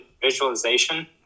visualization